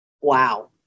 Wow